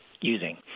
using